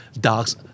dogs